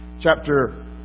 Chapter